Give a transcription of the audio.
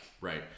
Right